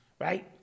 right